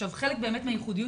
חלק מהייחודיות,